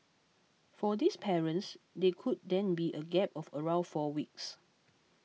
for these parents they could then be a gap of around four weeks